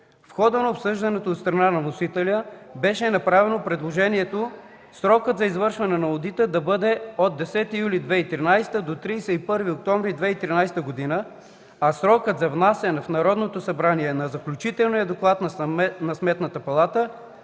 В хода на обсъждането от страна на вносителя беше направено предложението срокът за извършване на одита да бъде от 10 юли 2013 г. до 31 октомври 2013 г., а срокът за внасяне в Народното събрание на заключителния доклад на Сметната палата